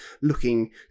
looking